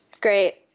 Great